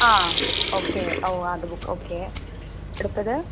ആ ഓക്കെ ഓ അത് ബുക്ക് ഓ ഓക്കെ അടുത്തത്